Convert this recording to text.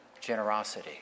generosity